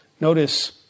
Notice